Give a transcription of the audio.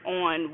on